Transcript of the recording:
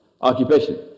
Occupation